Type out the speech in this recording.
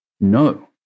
No